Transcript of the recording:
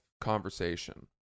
conversation